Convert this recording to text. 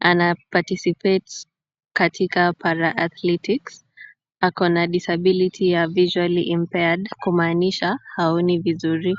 ana participate katika para arthiletics , ako na disability ya visually impaired , kumaanisha haoni vizuri.